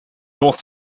north